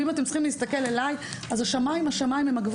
ואם אתם צריכים להסתכל עליי, אז השמיים הם הגבול.